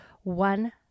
one